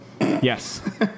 Yes